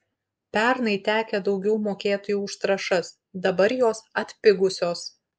pernai tekę daugiau mokėti už trąšas dabar jos atpigusios